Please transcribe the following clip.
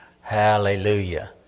Hallelujah